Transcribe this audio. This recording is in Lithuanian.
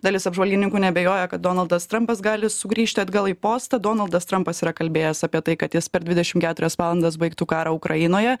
dalis apžvalgininkų neabejoja kad donaldas trampas gali sugrįžti atgal į postą donaldas trampas yra kalbėjęs apie tai kad jis per dvidešim keturias valandas baigtų karą ukrainoje